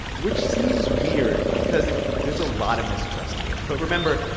which seems weird because there's a lot of mistrust here. but remember,